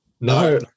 No